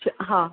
હા